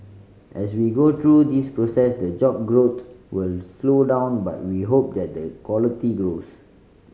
as we go through this process the job growth will slow down but we hope that the quality grows